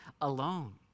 alone